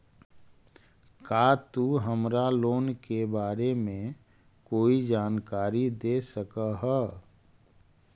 का तु हमरा लोन के बारे में कोई जानकारी दे सकऽ हऽ?